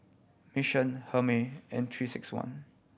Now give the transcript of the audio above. Mission Hermes and Three Six One